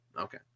okay